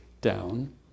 down